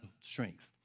strength